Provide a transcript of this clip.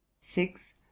six